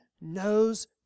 knows